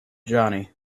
johnny